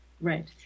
right